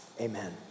Amen